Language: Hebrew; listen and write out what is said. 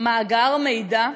מאגר מידע?